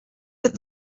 that